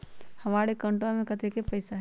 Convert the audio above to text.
हमार अकाउंटवा में कतेइक पैसा हई?